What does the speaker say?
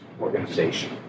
organization